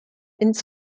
ins